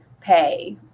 pay